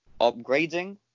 upgrading